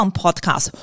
podcast